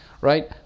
Right